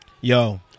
Yo